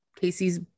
Casey's